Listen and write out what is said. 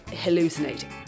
hallucinating